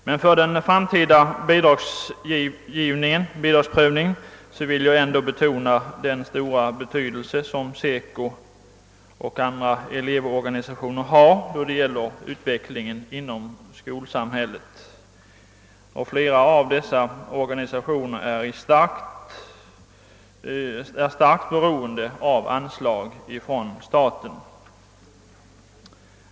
Med tanke på den framtida bidragsprövningen vill jag ändå betona den stora betydelse som SECO och andra elevorganisationer har då det gäller utvecklingen inom skolsamhället. Flera av dessa organisationer är starkt beroende av anslag från staten.